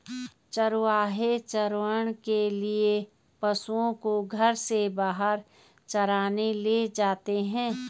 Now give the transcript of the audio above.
चरवाहे चारण के लिए पशुओं को घर से बाहर चराने ले जाते हैं